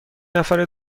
نفره